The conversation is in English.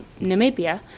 namibia